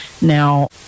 Now